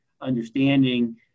understanding